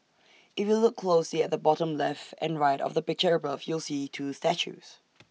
if you look closely at the bottom left and right of the picture above you'll see two statues